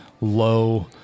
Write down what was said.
low